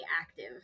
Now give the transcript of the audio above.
active